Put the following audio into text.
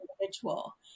individual